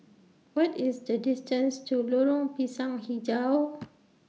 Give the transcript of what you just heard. What IS The distance to Lorong Pisang Hijau